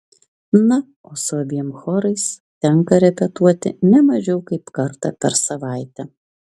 na o su abiem chorais tenka repetuoti ne mažiau kaip kartą per savaitę